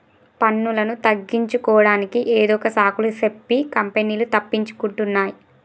పన్నులను తగ్గించుకోడానికి ఏదొక సాకులు సెప్పి కంపెనీలు తప్పించుకుంటున్నాయ్